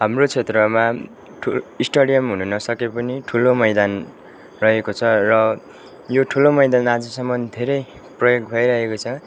हाम्रो क्षेत्रमा स्टेडियम हुनु नसके पनि ठुलो मैदान रहेको छ र यो ठुलो मैदान आजसम्म धेरै प्रयोग भइरहेको छ